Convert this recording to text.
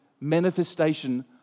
manifestation